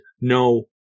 No